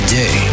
day